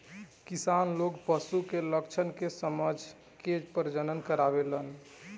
किसान लोग पशु के लक्षण के समझ के प्रजनन करावेलन